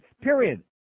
period